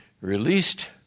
released